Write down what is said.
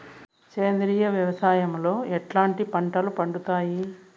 సేంద్రియ వ్యవసాయం లో ఎట్లాంటి పంటలు పండుతాయి